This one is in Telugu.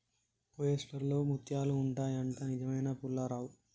ఓయెస్టర్ లో ముత్యాలు ఉంటాయి అంట, నిజమేనా పుల్లారావ్